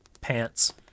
pants